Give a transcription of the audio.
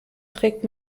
trägt